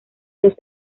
los